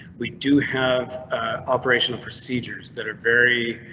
we do have operational procedures that are very,